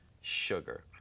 sugar